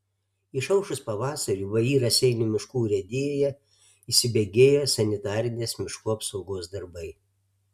išaušus pavasariui vį raseinių miškų urėdijoje įsibėgėja sanitarinės miškų apsaugos darbai